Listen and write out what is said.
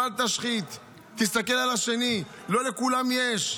בל תשחית, הסתכל על האחר, לא לכולם יש.